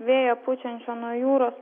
vėjo pučiančio nuo jūros